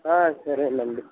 సరేనండి